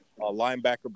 linebacker